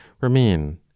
remain